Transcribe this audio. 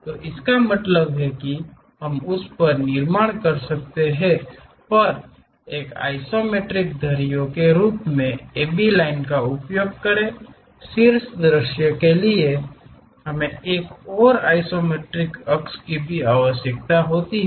तो इसका मतलब है कि हम उस पर निर्माण कर सकते हैं पर एक आइसोमेट्रिक धरीओ के रूप में AB लाइन का उपयोग करें शीर्ष दृश्य के लिए हमें एक और आइसोमेट्रिक अक्ष की भी आवश्यकता होती है